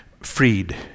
freed